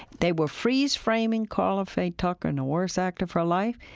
they were freeze-framing karla faye tucker in the worst act of her life,